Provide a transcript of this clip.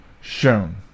shown